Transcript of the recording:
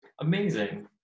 Amazing